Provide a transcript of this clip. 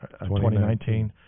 2019